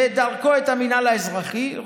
ודרכו את המינהל האזרחי,